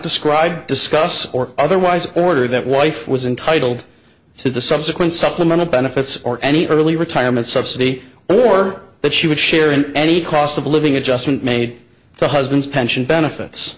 describe discuss or otherwise order that wife was entitled to the subsequent supplemental benefits or any early retirement subsidy or that she would share in any cost of living adjustment made to husband's pension benefits